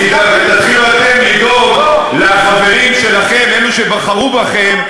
ותתחילו אתם לדאוג לחברים שלכם, אלו שבחרו בכם,